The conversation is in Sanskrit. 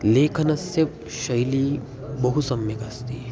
लेखनस्य शैली बहु सम्यक् अस्ति